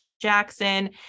Jackson